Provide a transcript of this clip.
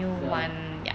the